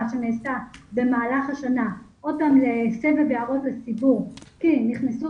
שנעשתה במהלך השנה עוד פעם לסבב הערות הציבור כי נכנסו